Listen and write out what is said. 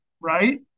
right